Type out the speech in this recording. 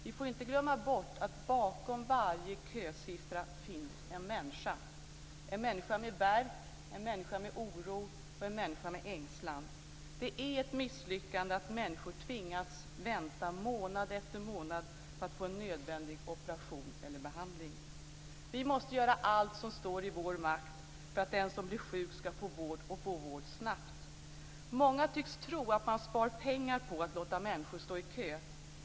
Vi får inte glömma bort att bakom varje kösiffra finns en människa, en människa med värk, en människa med oro och en människa med ängslan. Det är ett misslyckande att människor tvingas vänta månad efter månad på att få en nödvändig operation eller behandling. Vi måste göra allt som står i vår makt för att den som blir sjuk ska få vård och få vård snabbt. Många tycks tro att man sparar pengar på att låta människor stå i kö.